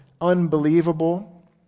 unbelievable